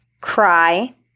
Cry